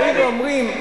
באים ואומרים,